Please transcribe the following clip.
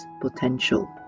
potential